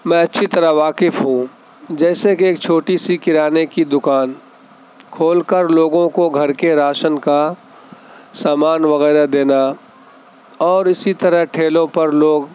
میں اچھی طرح واقف ہوں جیسے کہ ایک چھوٹی سی کرانے کی دکان کھول کر لوگوں کو گھر کے راشن کا سامان وغیرہ دینا اور اسی طرح ٹھیلوں پر لوگ